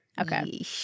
Okay